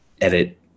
edit